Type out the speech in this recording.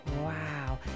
wow